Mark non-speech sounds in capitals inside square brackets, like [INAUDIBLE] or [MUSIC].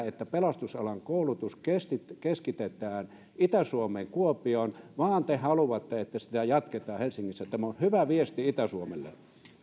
[UNINTELLIGIBLE] että pelastusalan koulutus keskitetään keskitetään itä suomeen kuopioon vaan te haluatte että sitä jatketaan helsingissä tämä on hyvä viesti itä suomelle